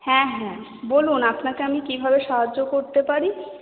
হ্যাঁ হ্যাঁ বলুন আপনাকে আমি কিভাবে সাহায্য করতে পারি